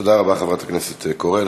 תודה רבה, חברת הכנסת קורן.